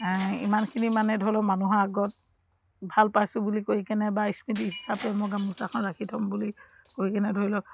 ইমানখিনি মানে ধৰি লওক মানুহৰ আগত ভাল পাইছোঁ বুলি কৈ কেনে বা স্মৃতি হিচাপে মই গামোচাখন ৰাখি থ'ম বুলি কৈ কেনে ধৰি লওক